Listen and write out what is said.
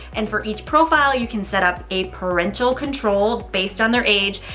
and for each profile, you can set up a parental control based on their age.